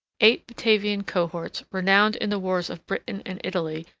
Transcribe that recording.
eight batavian cohorts renowned in the wars of britain and italy,